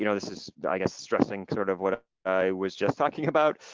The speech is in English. you know this is i guess stressing sort of what ah i was just talking about,